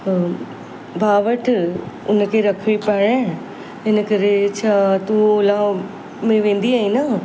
भाउ वठि उनखे रखिड़ी पाइण हिन करे छा तू ओला में वेंदी आई न